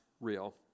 real